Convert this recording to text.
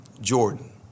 Jordan